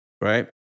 right